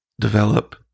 develop